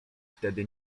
wtedy